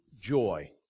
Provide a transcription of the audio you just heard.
joy